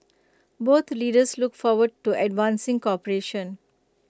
both leaders look forward to advancing cooperation